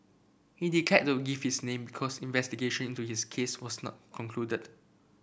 he declined to give his name because investigation into his case was not concluded